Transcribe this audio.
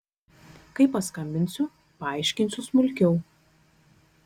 kai paskambinsiu paaiškinsiu smulkiau